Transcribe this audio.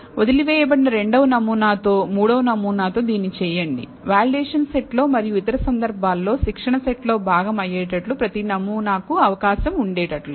వదిలివేయబడిన రెండవ నమూనా తో మూడవ నమూనా తో దీన్ని చేయండి వాలిడేషన్ సెట్ లో మరియు ఇతర సందర్భాలలో శిక్షణ సెట్లో భాగం అయ్యేటట్లు ప్రతి నమూనాకు అవకాశం ఉండేటట్లుగా